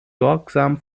sorgsam